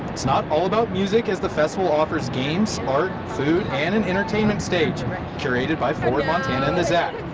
it's not all about music as the festival offers games, art, food and an entertainment stage curated by forward montana and the zacc.